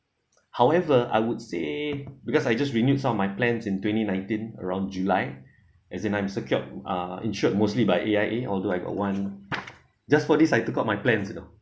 however I would say because I just renewed some of my plan in twenty nineteen around july as in I'm secure uh insured mostly by A_I_A although I got one just for this I took out my plans you know